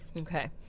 Okay